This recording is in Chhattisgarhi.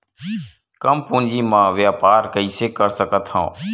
कम पूंजी म व्यापार कइसे कर सकत हव?